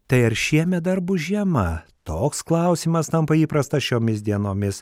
tai ar šiemet dar bus žiema toks klausimas tampa įprastas šiomis dienomis